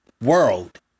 world